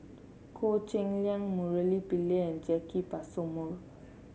Goh Cheng Liang Murali Pillai and Jacki Passmore